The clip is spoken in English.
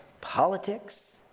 Politics